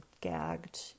gagged